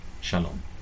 Shalom